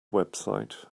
website